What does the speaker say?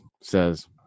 says